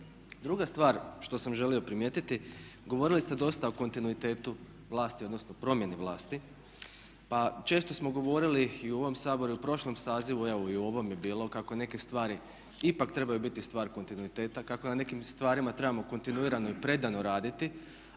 Druga stvar što sam želio primijetiti govorili ste dosta o kontinuitetu vlasti, odnosno promjeni vlasti. Pa često smo govorili i u ovom Saboru i u prošlom sazivu, a evo i u ovom je bilo kako neke stvari ipak trebaju biti stvar kontinuiteta, kako na nekim stvarima trebamo kontinuirano i predano raditi.